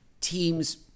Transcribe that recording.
Teams